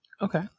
Okay